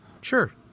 Sure